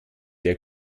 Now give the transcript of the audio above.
der